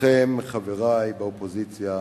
לכם, חברי באופוזיציה,